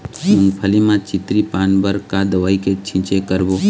मूंगफली म चितरी पान बर का दवई के छींचे करबो?